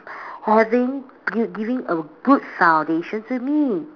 having giving a foundation to me